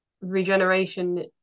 Regeneration